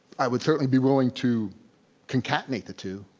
i would certainly be willing to concatenate the two,